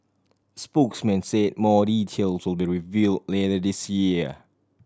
spokesman say more details will be reveal later this year